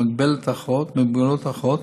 במגבלות החוק,